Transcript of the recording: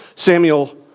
Samuel